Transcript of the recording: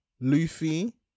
Luffy